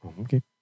Okay